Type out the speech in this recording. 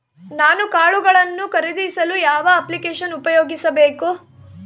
ನಾನು ಕಾಳುಗಳನ್ನು ಖರೇದಿಸಲು ಯಾವ ಅಪ್ಲಿಕೇಶನ್ ಉಪಯೋಗಿಸಬೇಕು?